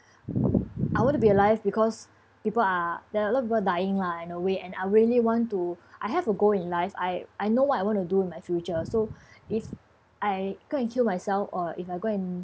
I want to be alive because people are there are a lot of people dying lah in a way and I really want to I have a goal in life I I know what I want to do in my future so if I go and kill myself or if I go and